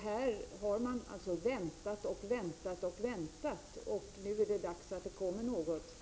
Här har man således väntat och väntat, och nu är det dags att det kommer ett förslag.